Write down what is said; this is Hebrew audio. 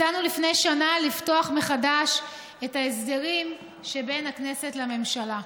הצענו לפני שנה לפתוח מחדש את ההסדרים שבין הכנסת לממשלה: